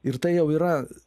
ir tai jau yra